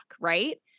Right